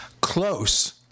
close